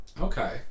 okay